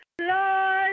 Lord